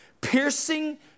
piercing